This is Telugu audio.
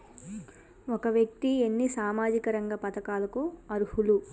ఒక వ్యక్తి ఎన్ని సామాజిక రంగ పథకాలకు అర్హులు?